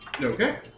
Okay